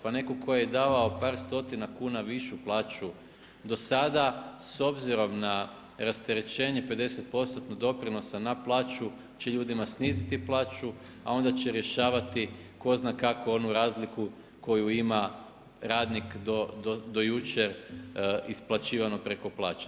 Pa netko tko je davao par stotina kuna višu plaću do sada s obzirom na rasterećenje 50% doprinosa na plaću će ljudima sniziti plaću, a onda će rješavati tko zna kako onu razliku koju ima radnik do jučer isplaćivano preko plaće.